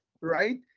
Right